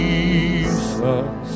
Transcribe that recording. Jesus